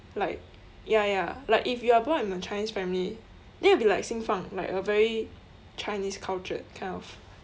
like ya ya like if you are brought up in a chinese family then you will be like xin fang like a very chinese cultured kind of